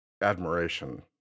admiration